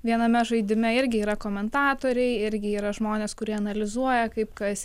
viename žaidime irgi yra komentatoriai irgi yra žmonės kurie analizuoja kaip kas